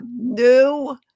new